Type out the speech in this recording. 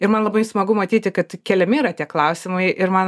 ir man labai smagu matyti kad keliami yra tie klausimai ir man